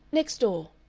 next door,